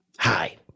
Hi